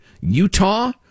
Utah